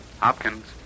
Hopkins